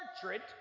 portrait